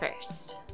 first